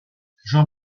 jean